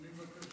אני מבקש.